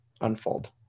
unfold